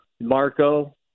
Marco –